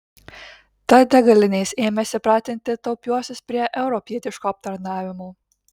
tad degalinės ėmėsi pratinti taupiuosius prie europietiško aptarnavimo